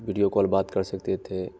video call बात कर सकते थे